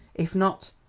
if not,